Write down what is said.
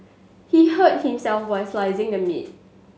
he hurt himself while slicing the meat